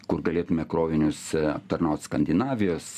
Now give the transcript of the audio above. kur galėtume krovinius aptarnaut skandinavijos